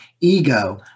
ego